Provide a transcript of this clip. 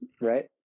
right